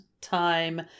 time